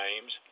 names